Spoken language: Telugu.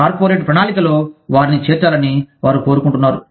కార్పొరేట్ ప్రణాళికలో వారిని చేర్చాలని వారు కోరుకుంటున్నారు